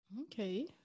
Okay